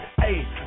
Hey